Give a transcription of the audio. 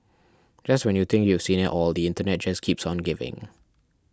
just when you think you've seen it all the internet just keeps on giving